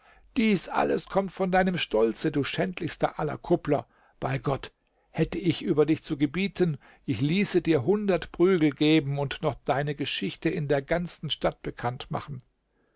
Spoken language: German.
dies alles kommt von deinem stolze du schändlichster aller kuppler bei gott hätte ich über dich zu gebieten ich ließe dir hundert prügel geben und noch deine geschichte in der ganzen stadt bekannt machen